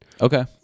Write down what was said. Okay